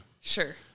Sure